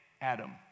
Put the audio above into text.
Adam